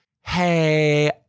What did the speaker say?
hey